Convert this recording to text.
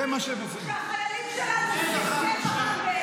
כשכולם אומרים שהחיילים שלנו עושים טבח עם בעזה,